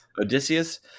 Odysseus